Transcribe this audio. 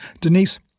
Denise